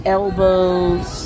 elbows